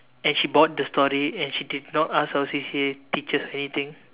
and she bought the story and she did not ask our C_C_A teachers anything